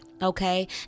Okay